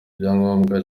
byangombwa